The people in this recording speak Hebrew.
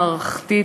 מערכתית,